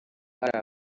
hari